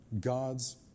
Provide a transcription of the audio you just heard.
God's